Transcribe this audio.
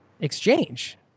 exchange